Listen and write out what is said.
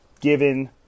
given